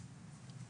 שנולדו.